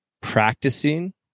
practicing